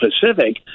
Pacific